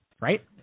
right